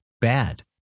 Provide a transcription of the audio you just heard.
bad